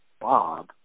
Bob